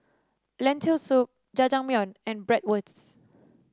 Lentil Soup Jajangmyeon and Bratwurst